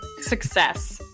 success